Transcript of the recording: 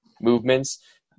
movements